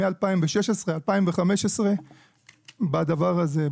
מ-2016-2015 בדבר הזה.